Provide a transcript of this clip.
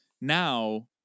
now